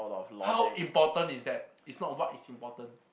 how important is that it's not what is important